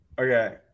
Okay